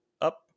up